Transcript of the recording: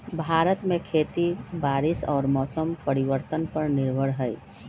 भारत में खेती बारिश और मौसम परिवर्तन पर निर्भर हई